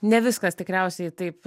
ne viskas tikriausiai taip